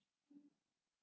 mm